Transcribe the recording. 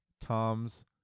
Tom's